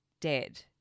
dead